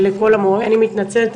אני מתנצלת,